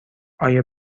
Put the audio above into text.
آیا